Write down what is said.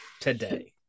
today